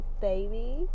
baby